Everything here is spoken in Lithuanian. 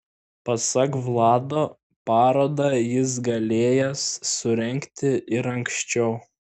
pasak vlado parodą jis galėjęs surengti ir anksčiau